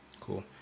cool